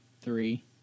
three